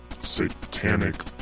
satanic